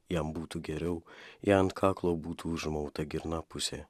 jam būtų geriau jei ant kaklo būtų užmauta girnapusė